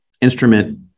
instrument